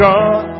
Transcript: God